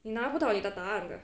你拿不到你的答案的